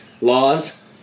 laws